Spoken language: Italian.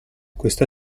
questa